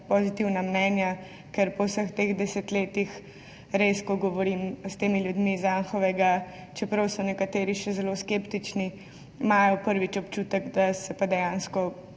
pozitivna mnenja, ker po vseh teh desetletjih, res, ko govorim s temi ljudmi iz Anhovega, čeprav so nekateri še zelo skeptični, imajo prvič občutek, da se pa bo dejansko